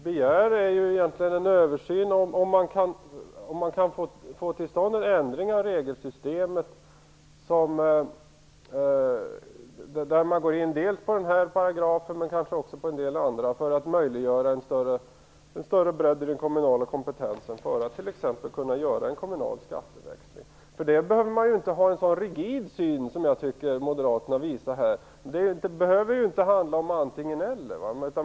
Fru talman! Vad vi begär är egentligen en översyn för att se om man kan få till stånd en ändring av regelsystemet där man går in på den här paragrafen men kanske också på en del andra för att möjliggöra en större bredd i den kommunala kompetensen för att t.ex. kunna göra en kommunal skatteväxling. För den sakens skull behöver man inte ha en så rigid syn som jag tycker att Moderaterna här visar. Det behöver inte handla om antingen eller.